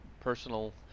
personal